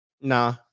Nah